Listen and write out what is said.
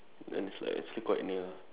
then it's like actually quite near ah